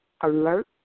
alert